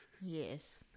Yes